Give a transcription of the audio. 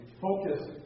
focus